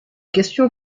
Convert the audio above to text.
questions